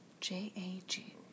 J-A-G